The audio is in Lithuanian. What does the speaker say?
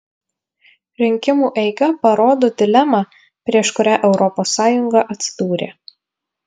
rinkimų eiga parodo dilemą prieš kurią europos sąjunga atsidūrė